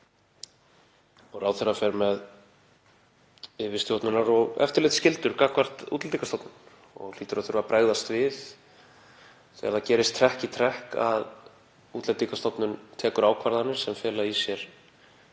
Ráðherra fer með yfirstjórnunar- og eftirlitsskyldur gagnvart stofnuninni og hlýtur að þurfa að bregðast við þegar það gerist trekk í trekk að Útlendingastofnun tekur ákvarðanir sem fela í sér